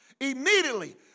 immediately